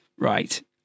Right